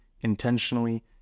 intentionally